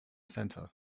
center